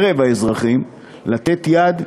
לתת יד,